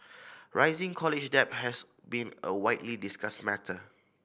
rising college debt has been a widely discussed matter